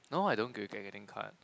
now I don't getting card